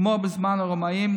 כמו בזמן הרומאים,